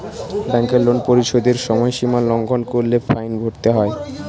ব্যাংকের লোন পরিশোধের সময়সীমা লঙ্ঘন করলে ফাইন ভরতে হয়